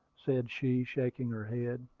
said she, shaking her head.